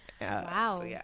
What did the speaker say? Wow